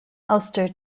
ulster